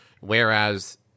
Whereas